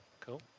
Cool